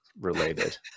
related